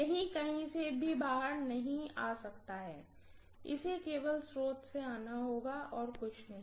यह कहीं से भी बाहर नहीं आ सकता है इसे केवल स्रोत से आना होगा और कुछ नहीं